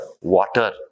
water